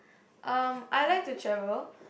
um I like to travel